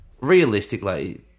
realistically